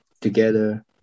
together